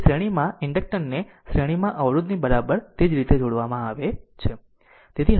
તેથી શ્રેણીમાં ઇન્ડક્ટર ને શ્રેણીમાં અવરોધની બરાબર તે જ રીતે જોડવામાં આવે છે